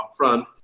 upfront